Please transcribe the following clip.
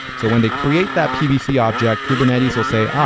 so when they create that pvc object, kubernetes will say,